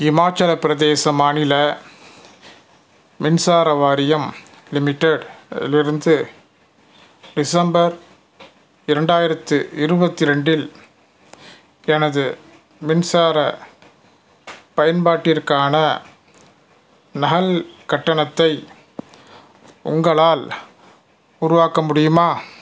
இமாச்சலப் பிரதேச மாநில மின்சார வாரியம் லிமிட்டெட் லிருந்து டிசம்பர் இரண்டாயிரத்து இருபத்தி ரெண்டில் எனது மின்சாரப் பயன்பாட்டிற்கான நகல் கட்டணத்தை உங்களால் உருவாக்க முடியுமா